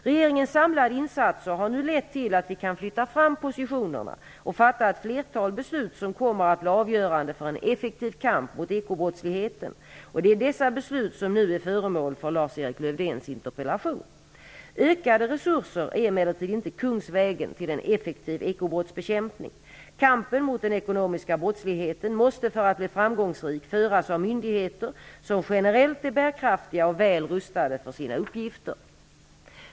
Regeringens samlade insatser har nu lett till att vi kunnat flytta fram positionerna och fatta ett flertal beslut, som kommer att bli avgörande för en effektiv kamp mot ekobrottsligheten, och det är dessa beslut som nu är föremål för Lars-Erik Ökade resurser är emellertid inte kungsvägen till en effektiv ekobrottsbekämpning. Kampen mot den ekonomiska brottsligheten måste för att bli framgångsrik föras av myndigheter som generellt är bärkraftiga och väl rustade för sina uppgifter.